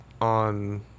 on